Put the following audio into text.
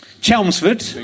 Chelmsford